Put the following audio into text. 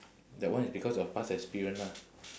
that one is because of past experience lah